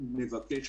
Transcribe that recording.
בכל זאת אני מבקש.